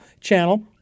channel